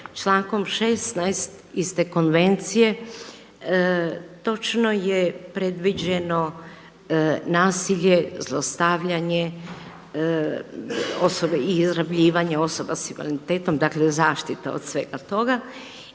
Člankom 16. iste konvencije točno je predviđeno nasilje, zlostavljanje i izrabljivanje osoba sa invaliditetom, dakle zaštita od svega toga.